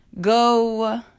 Go